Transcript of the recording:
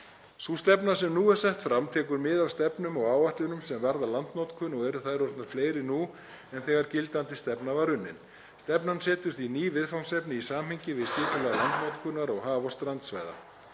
Sú stefna sem nú er sett fram tekur mið af stefnum og áætlunum sem varða landnotkun og eru þær orðnar fleiri nú en þegar gildandi stefna var unnin. Stefnan setur því ný viðfangsefni í samhengi við skipulag landnotkunar og haf- og strandsvæða.